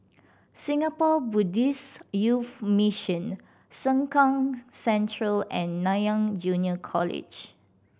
Singapore Buddhist Youth Mission Sengkang Central and Nanyang Junior College